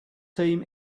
team